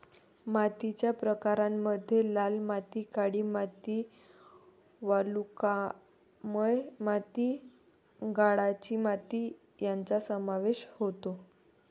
मातीच्या प्रकारांमध्ये लाल माती, काळी माती, वालुकामय माती, गाळाची माती यांचा समावेश होतो